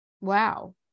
Wow